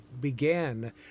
began